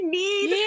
need